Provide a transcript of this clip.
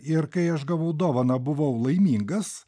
ir kai aš gavau dovaną buvau laimingas